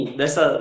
dessa